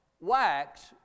wax